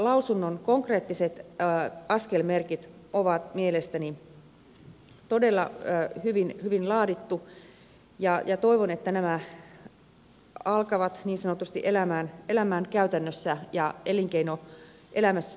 tulevaisuusvaliokunnan konkreettiset askelmerkit on mielestäni todella hyvin laadittu ja toivon että nämä alkavat niin sanotusti elämään käytännössä ja elinkeinoelämässämme